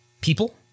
people